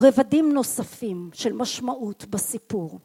רבדים נוספים של משמעות בסיפור.